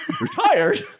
Retired